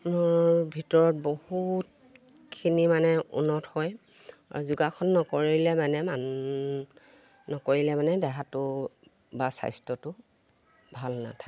ৰ ভিতৰত বহুতখিনি মানে উন্নত হয় আৰু যোগাসন নকৰিলে মানে মান নকৰিলে মানে দেহাটো বা স্বাস্থ্যটো ভাল নাথাকে